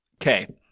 Okay